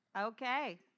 okay